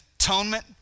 atonement